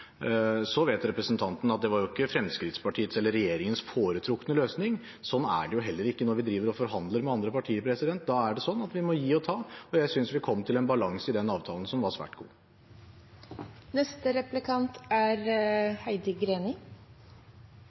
Så vet representanten at det var ikke Fremskrittspartiets eller regjeringens foretrukne løsning. Slik er det heller ikke når vi forhandler med andre partier. Da er det slik at vi må gi og ta, og jeg synes vi kom til en balanse i den avtalen som var svært god.